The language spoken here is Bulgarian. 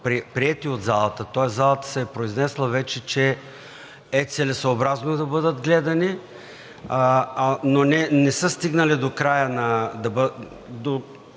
приети от залата, тоест залата се е произнесла вече, е целесъобразно да бъдат гледани, но не са стигнали до тази